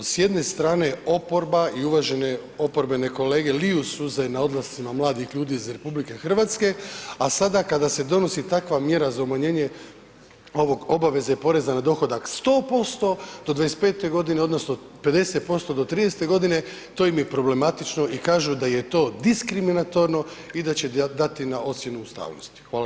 S jedne strane oporba i uvažene oporbene kolege liju suze na odlascima mladih ljudi iz RH, a sada kada se donosi takva mjera za umanjenje ovog obaveze poreza na dohodak 100% do 25 godine odnosno 50% do 30 godine to im je problematično i kažu da je to diskriminatorno i da će dati na ocjenu ustavnosti.